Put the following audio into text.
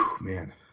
Man